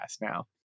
now